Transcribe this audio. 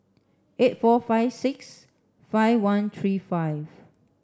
eight four five six five one three five